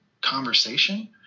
conversation